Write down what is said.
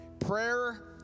Prayer